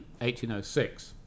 1806